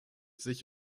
sich